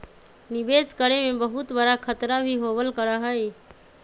निवेश करे में बहुत बडा खतरा भी होबल करा हई